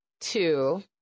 two